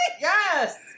Yes